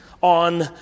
on